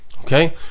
Okay